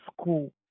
school